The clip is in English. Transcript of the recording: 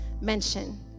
mention